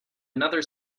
another